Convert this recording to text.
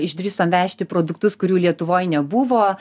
išdrįsom vežti produktus kurių lietuvoj nebuvo